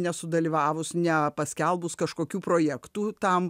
nesudalyvavus nepaskelbus kažkokių projektų tam